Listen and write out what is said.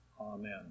Amen